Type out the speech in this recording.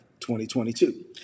2022